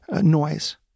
noise